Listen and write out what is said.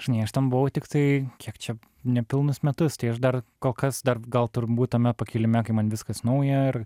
žinai aš ten buvau tiktai kiek čia nepilnus metus tai aš dar kol kas dar gal turbūt tame pakilime kai man viskas nauja ir